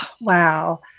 Wow